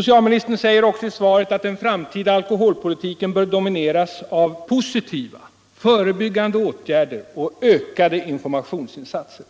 I svaret säger socialministern också att den framtida alkoholpolitiken bör domineras av positiva, förebyggande åtgärder och ökade informationsinsatser.